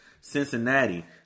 Cincinnati